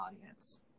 audience